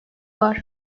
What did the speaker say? var